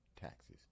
taxes